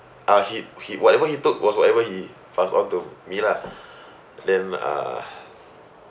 ah he he whatever he took was whatever he passed on to me lah then uh